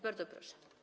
Bardzo proszę.